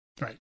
Right